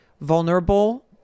vulnerable